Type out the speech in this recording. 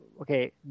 okay